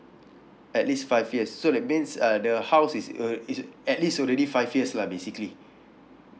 at least five years so that means uh the house is uh is at least already five years lah basically